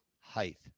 height